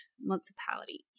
municipality